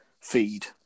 feed